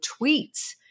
tweets